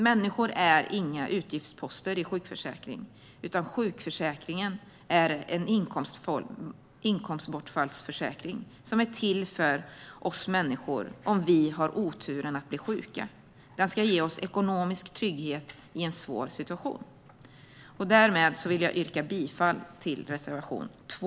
Människor är inga utgiftsposter i sjukförsäkringen, utan sjukförsäkringen är en inkomstbortfallsförsäkring som är till för oss människor om vi har oturen att bli sjuka. Den ska ge oss ekonomisk trygghet i en svår situation. Jag yrkar bifall till reservation 2.